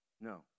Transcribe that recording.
No